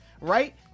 right